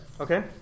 Okay